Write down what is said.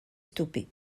stoppé